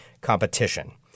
competition